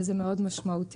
וזה מאוד משמעותי.